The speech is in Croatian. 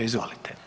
Izvolite.